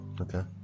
okay